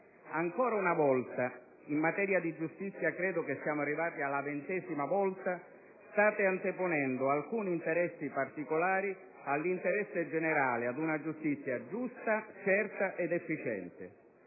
Ancora una volta in materia di giustizia - credo che siamo arrivati alla ventesima volta - state anteponendo alcuni interessi particolari all'interesse generale ad una giustizia giusta, certa ed efficiente.